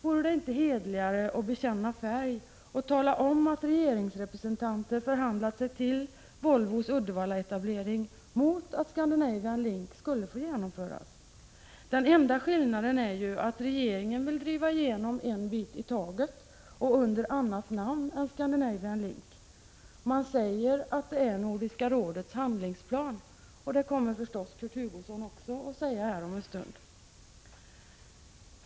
Vore det inte hederligare att bekänna färg och tala om att regeringsrepresentanter har förhandlat sig till Volvos Uddevallaetablering mot att Scandinavian Link skall få genomföras? Den enda skillnaden är ju att regeringen vill driva igenom en bit i taget och under annat namn än Scandinavian Link. Man säger att det är Nordiska rådets handlingsplan, och det kommer förstås Kurt Hugosson också att säga här om en stund.